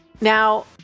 now